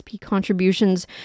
contributions